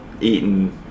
eaten